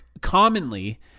commonly